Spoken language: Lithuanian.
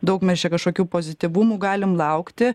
daug mes čia kažkokių pozityvumų galim laukti